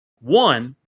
one